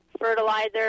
fertilizer